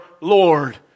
Lord